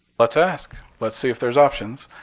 let's ask. let's see if there's options.